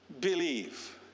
believe